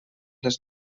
les